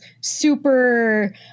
super